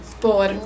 por